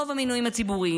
רוב המינויים הציבוריים,